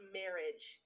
marriage